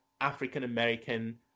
African-American